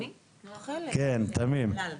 כן, תמים.